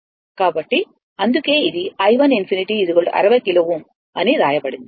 కాబట్టి అందుకే ఇది i 1 ∞ 60 కిలో Ω అని వ్రాయబడింది